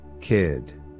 kid